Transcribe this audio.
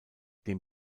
dem